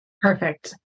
Perfect